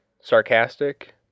sarcastic